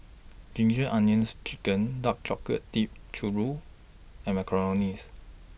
Ginger Onions Chicken Dark Chocolate Dipped Churro and Macarons